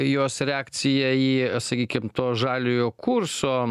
jos reakcija į sakykim to žaliojo kurso